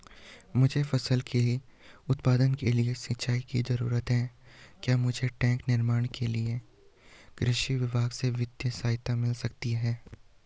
मुझे फसल के उत्पादन के लिए सिंचाई की जरूरत है क्या मुझे टैंक निर्माण के लिए कृषि विभाग से वित्तीय सहायता मिल सकती है?